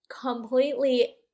completely